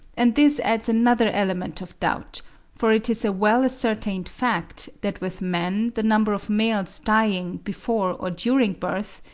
and this adds another element of doubt for it is a well-ascertained fact that with man the number of males dying before or during birth,